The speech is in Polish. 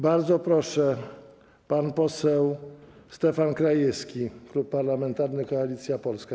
Bardzo proszę, pan poseł Stefan Krajewski, Klub Parlamentarny Koalicja Polska.